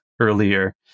earlier